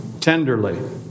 tenderly